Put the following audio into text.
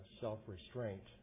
self-restraint